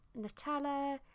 Nutella